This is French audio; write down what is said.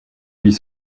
huit